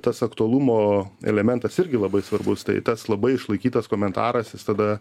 tas aktualumo elementas irgi labai svarbus tai tas labai išlaikytas komentaras tada